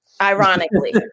Ironically